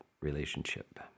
relationship